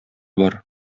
бар